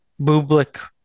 Bublik